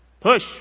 Push